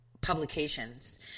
publications